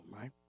right